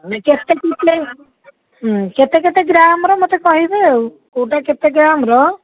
କେତେ କେତେ କେତେ କେତେ ଗ୍ରାମର ମୋତେ କହିବେ ଆଉ କେଉଁଟା କେତେ ଗ୍ରାମର